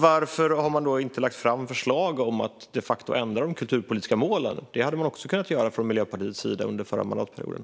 Varför har det då inte lagts fram förslag om att ändra de kulturpolitiska målen? Det hade ni också kunnat göra från Miljöpartiets sida under förra mandatperioden.